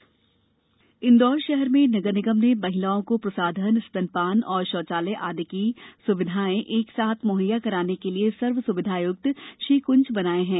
इंदौर शी क्ज इंदौर शहर में नगर निगम ने महिलाओं को प्रसाधन स्तनपान और शौचालय आदि की स्विधाएं एक साथ मुहैया कराने के लिये सर्वस्विधाय्क्त शी कंज बनाये गये हैं